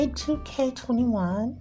2K21